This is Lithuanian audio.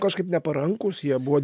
kažkaip neparankūs jie buvo